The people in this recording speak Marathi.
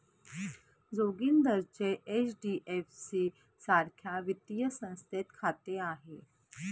जोगिंदरचे एच.डी.एफ.सी सारख्या वित्तीय संस्थेत खाते आहे